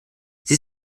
sie